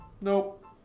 Nope